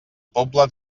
pobla